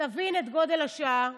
תבין את גודל השעה.